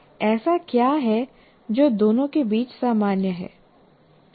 ऐसा क्या है जो दोनों के बीच सामान्य है